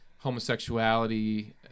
homosexuality